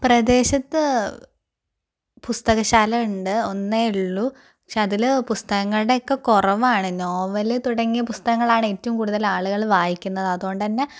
പ്രദേശത്ത് പുസ്തകശാല ഉണ്ട് ഒന്നേ ഉള്ളു പക്ഷേ അതില് പുസ്തകങ്ങളുടോക്കെ കുറവാണ് നോവൽ തുടങ്ങിയ പുസ്തകങ്ങളാണ് ഏറ്റവും കൂടുതൽ ആളുകള് വായിക്കുന്നത് അതുകൊണ്ട് തന്നെ